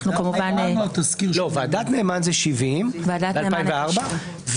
ועדת נאמן זה 70, מ-2004.